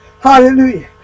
Hallelujah